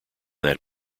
that